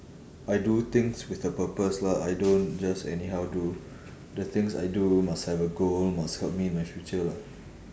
I do things with a purpose lah I don't just anyhow do the things I do must have a goal must help me with my future lah